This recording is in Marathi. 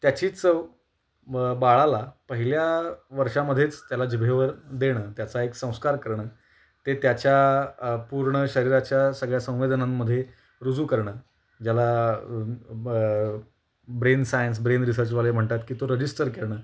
त्याची चव ब बाळाला पहिल्या वर्षामध्येच त्याला जिभेवर देणं त्याचा एक संस्कार करणं ते त्याच्या पूर्ण शरीराच्या सगळ्या संवेदनांमध्ये रुजू करणं ज्याला ब ब्रेन सायन्स ब्रेन रिसर्चवाले म्हणतात की तो रजिस्टर करणं